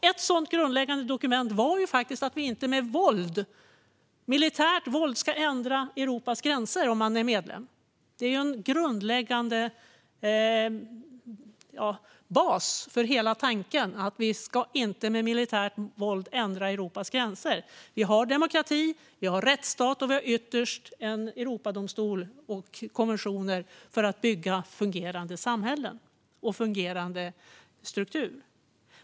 Ett sådant grundläggande dokument är att man inte med våld, militärt våld, ska ändra Europas gränser om man är medlem. Det är en grundläggande tanke, en bas: Vi ska inte med militärt våld ändra Europas gränser. Vi har demokrati, vi har rättsstat och vi har ytterst Europadomstolen och konventioner för att bygga fungerande samhällen och fungerande strukturer.